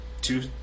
two